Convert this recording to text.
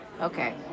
Okay